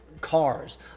cars